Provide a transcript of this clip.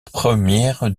première